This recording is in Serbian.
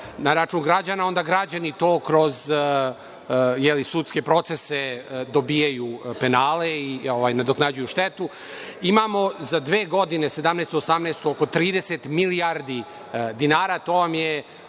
na račun građana, onda građani to kroz sudske procese dobijaju penale i nadoknađuju štetu, imamo za dve godine 2017, 2018. godinu oko 30 milijardi dinara,